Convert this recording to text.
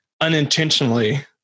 unintentionally